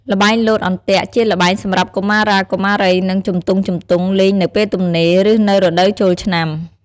ល្បែងលោតអន្ទាក់ ជាល្បែងសម្រាប់កុមារាកុមារីនិងជំទង់ៗលេងនៅពេលទំនេរ ឬនៅរដូវចូលឆ្នាំ។